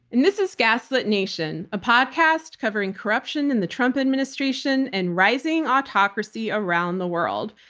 and this is gaslit nation, a podcast covering corruption in the trump administration and rising autocracy around the world.